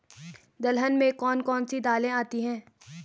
दलहन में कौन कौन सी दालें आती हैं?